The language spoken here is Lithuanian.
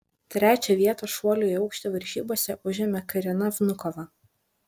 trečią vietą šuolių į aukštį varžybose užėmė karina vnukova